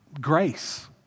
grace